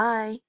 Bye